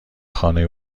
خانه